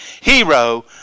hero